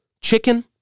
chicken